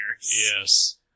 yes